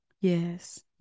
Yes